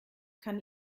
kann